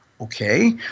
Okay